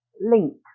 link